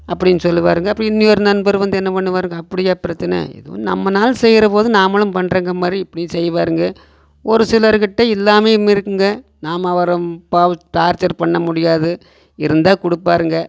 அப்படின் சொல்லுவாருங்க அப்புறோம் இன்னி ஒரு நண்பர் வந்து என்ன பண்ணுவாருங்க அப்படியா பிரச்சனை எதோ நம்மனால் செய்கிற போது நாமளும் பண்ணுறங்க மாதிரி இப்படியும் செய்வாருங்க ஒரு சிலருக்கிட்ட இல்லாமையும் இருக்குங்க நாம அவரும் பாவும் டார்ச்சர் பண்ண முடியாது இருந்தால் கொடுப்பாருங்க